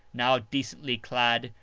now decently clad,